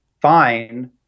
fine